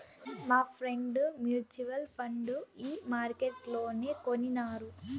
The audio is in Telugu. మాఫ్రెండ్ మూచువల్ ఫండు ఈ మార్కెట్లనే కొనినారు